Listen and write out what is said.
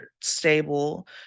stable